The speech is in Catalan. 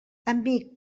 amic